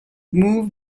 move